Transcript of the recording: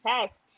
test